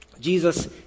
Jesus